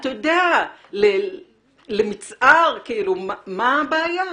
אתה יודע, למצער, מה הבעיה?